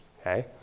okay